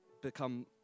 become